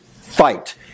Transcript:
fight